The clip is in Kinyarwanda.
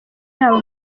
byabo